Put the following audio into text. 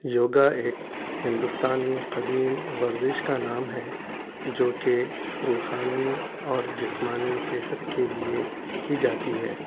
یوگا ایک ہندوستانی قدیم ورزش کا نام ہے جو کہ روحانی اور جسمانی صحت کے لیے کی جاتی ہے